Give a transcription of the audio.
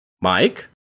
Mike